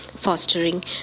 fostering